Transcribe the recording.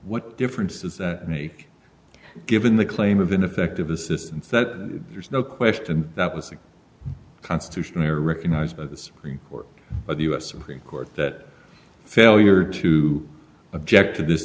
what difference does that make given the claim of ineffective assistance that there's no question that was a constitution or recognized by the supreme court of the us supreme court that failure to object to this